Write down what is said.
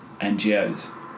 ngos